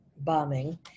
bombing